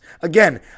Again